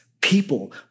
people